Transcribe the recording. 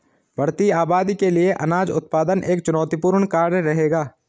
बढ़ती आबादी के लिए अनाज उत्पादन एक चुनौतीपूर्ण कार्य रहेगा